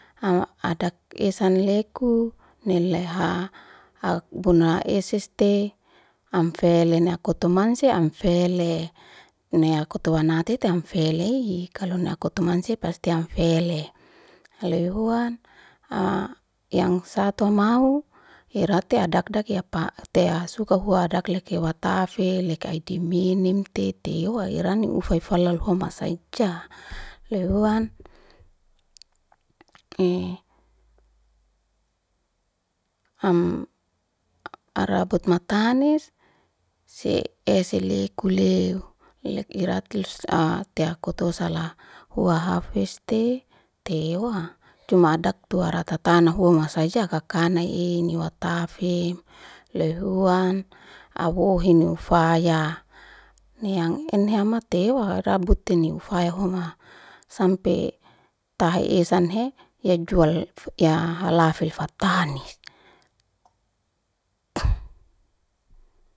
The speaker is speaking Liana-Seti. Adak esanleku nile haa buna esiste amfele na kutumansi amfele, nakuwanatiti amfele aii kalo na kutumansi pasti amfele. Holoy huan yang sato mahu, hirate adadaki ya patea sukuhua adik liki watafe liki adimini, mtiti hua hirani ufaya fala luhu masaja. Loy huan amrabut matanis sike esilekule, hirayati satea kutulus lahu hafeste tewa. Cuma adaktuwa ratatana hua masaja kakana eni, watafi luhuan awuhuni ufaya. Niang anehamte tewa rabutene ufaya homa sampe tahesan he, ya jual ya halafel fatanik.